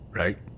right